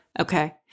Okay